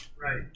Right